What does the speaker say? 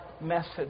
message